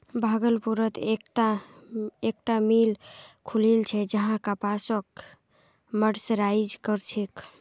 भागलपुरत एकता मिल खुलील छ जहां कपासक मर्सराइज कर छेक